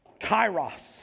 kairos